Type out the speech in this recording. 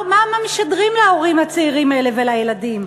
מה משדרים להורים הצעירים האלה ולילדים?